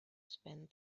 spend